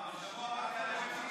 אותה מחדש?